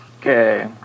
Okay